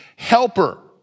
helper